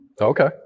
Okay